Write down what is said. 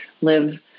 live